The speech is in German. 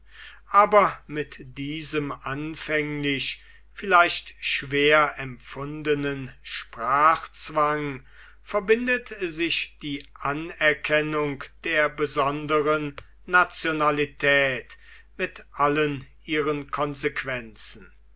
aber mit diesem anfänglich vielleicht schwer empfundenen sprachzwang verbindet sich die anerkennung der besonderen nationalität mit allen ihren konsequenzen